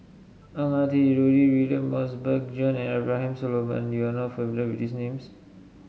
Ang Ah Tee Rudy William Mosbergen and Abraham Solomon you are not familiar with these names